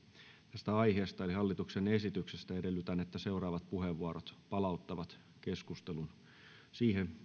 tästä aiheesta eli hallituksen esityksestä edellytän että seuraavat puheenvuorot palauttavat keskustelun siihen